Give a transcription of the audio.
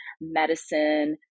medicine